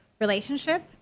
relationship